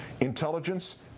Intelligence